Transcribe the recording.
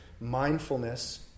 mindfulness